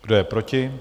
Kdo je proti?